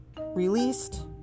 released